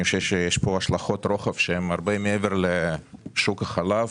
אני חושב שיש פה השלכות רוחב שהן הרבה מעבר לשוק החלב